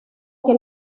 que